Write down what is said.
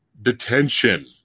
detention